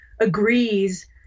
agrees